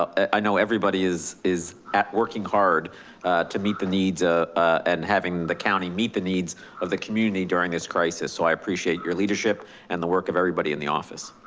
i know everybody is is working hard to meet the needs ah and having the county meet the needs of the community during this crisis. so i appreciate your leadership and the work of everybody in the office.